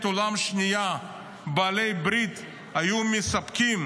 העולם השנייה בעלות הברית היו מספקות